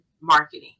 marketing